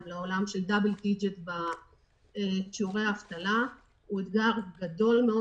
לעולם של --- בשיעורי האבטלה הוא אתגר גדול מאוד